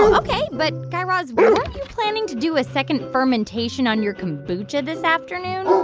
ok. but guy raz, weren't you planning to do a second fermentation on your kombucha this afternoon?